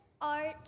art